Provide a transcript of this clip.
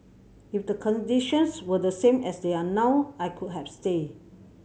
if the conditions were the same as they are now I could have stayed